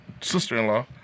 sister-in-law